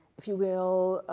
if you will,